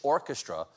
Orchestra